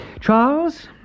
charles